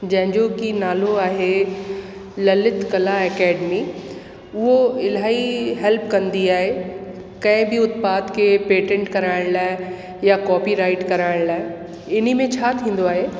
जंहिंजो कि नालो आहे ललित कला अकेडमी उहो इलाही हैल्प कंदी आहे कंहिं बि उत्पाद खे पेटेंट कराइण लाइ या कॉपीराइट कराइण लाइ हिन में छा थींदो आहे